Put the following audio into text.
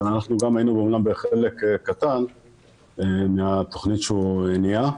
שאנחנו היינו גם בחלק קטן מהתכנית שהוא הניע.